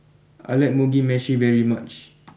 I like Mugi Meshi very much